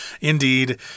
indeed